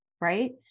right